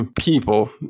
people